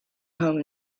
home